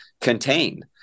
contain